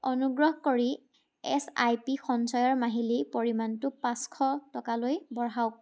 অনুগ্ৰহ কৰি এছআইপি সঞ্চয়ৰ মাহিলী পৰিমাণটো পাঁচশ টকালৈ বঢ়াওক